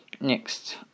next